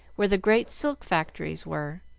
where the great silk factories were.